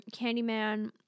Candyman